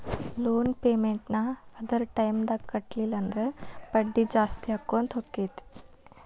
loan payment ನ್ನ ಅದರ್ ಟೈಮ್ದಾಗ್ ಕಟ್ಲಿಲ್ಲಂದ್ರ ಬಡ್ಡಿ ಜಾಸ್ತಿಅಕ್ಕೊತ್ ಹೊಕ್ಕೇತಿ